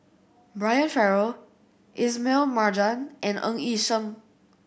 Brian Farrell Ismail Marjan and Ng Yi Sheng